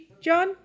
John